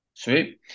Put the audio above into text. Sweet